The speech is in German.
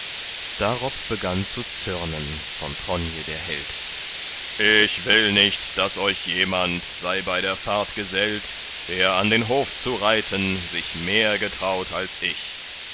darob begann zu zürnen von tronje der held ich will nicht daß euch jemand sei bei der fahrt gesellt der an den hof zu reiten sich mehr getraut als ich